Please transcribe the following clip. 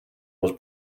was